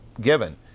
given